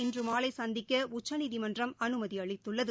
இன்றமாலைசந்திக்கஉச்சநீதிமன்றம் அனுமதிஅளித்துள்ளது